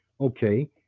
Okay